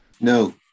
No